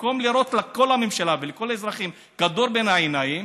במקום לירות לכל הממשלה ולכל האזרחים כדור בין העיניים,